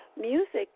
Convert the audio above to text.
Music